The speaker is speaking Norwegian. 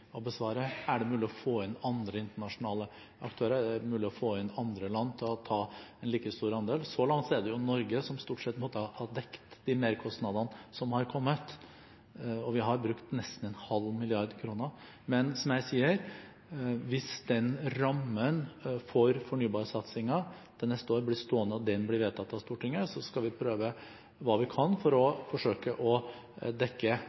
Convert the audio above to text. å få inn andre land som kan ta en like stor andel? Så langt er det Norge som stort sett har måttet dekke de merkostnadene som har kommet, og vi har brukt nesten 0,5 mrd. kr. Men som jeg sier: Hvis den rammen for fornybarsatsingen til neste år blir stående, og den blir vedtatt av Stortinget, skal vi gjøre hva vi kan for å forsøke å dekke